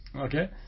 okay